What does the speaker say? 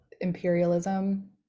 imperialism